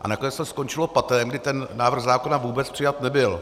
A nakonec to skončilo patem, kdy ten návrh zákona vůbec přijat nebyl.